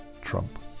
Trump